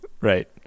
Right